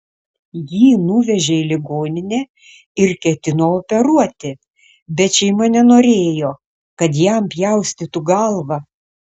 jį nuvežė į ligoninę ir ketino operuoti bet šeima nenorėjo kad jam pjaustytų galvą